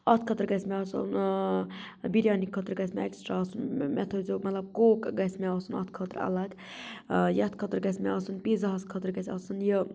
اَتھ خٲطرٕ گَژِھ مےٚ آسُن ٲں بِریانِی خٲطرٕ گَژِھ مےٚ ایٚکٕسٹرا آسُن مےٚ تھٲیزِیٚو مطلَب کُوک گژھِ مےٚ آسُن اَتھ خٲطرٕ اَلگ ٲں یَتھ خٲطرٕ گَژِھ مےٚ آسُن پیٖزا ہَس خٲطرٕ گَژِھ آسُن یہِ